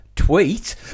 tweet